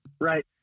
right